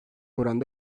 oranda